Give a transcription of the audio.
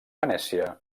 venècia